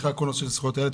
בכלל כל נושא של זכויות הילד.